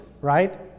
right